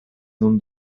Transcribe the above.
non